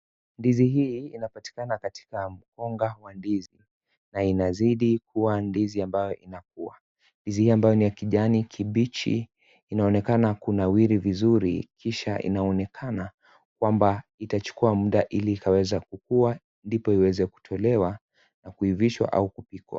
Ndizi hii inapatikana katika mkunga wa ndizi na inazidi kuwa ndizi ambayo inakua ndizi hii ambayo ni ya kijani kibichi inaonekana kunawiri vizuri kisha inaonekana kwamba itachukua muda ili ikaweza kukua ndipo ikaweze kutolewa kuivishwa au kupikwa.